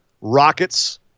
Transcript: rockets